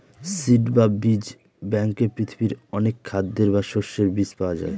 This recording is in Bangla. সিড বা বীজ ব্যাঙ্কে পৃথিবীর অনেক খাদ্যের বা শস্যের বীজ পাওয়া যায়